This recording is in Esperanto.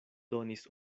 donis